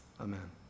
amen